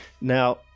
now